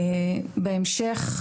בהמשך,